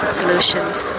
solutions